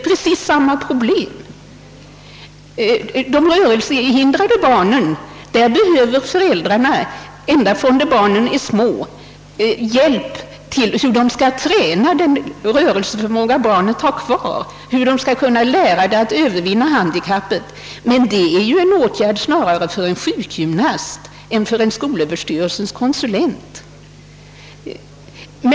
Föräldrar till rörelsehindrade barn behöver ända från det barnen är små vägledning för att träna upp den rörelseförmåga barnet har kvar och för att hjälpa barnet att övervinna handikappet. Men detta är snarare en uppgift för en sjukgymnast än för en skolöverstyrelsens konsulent.